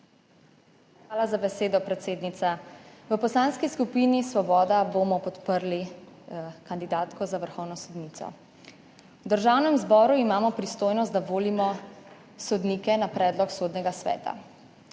Hvala za besedo, predsednica. V Poslanski skupini Svoboda bomo podprli kandidatko za vrhovno sodnico. V Državnem zboru imamo pristojnost, da volimo sodnike na predlog Sodnega sveta.